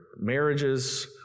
marriages